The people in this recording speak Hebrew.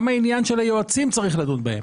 גם העניין של היועצים, צריך לדון בו.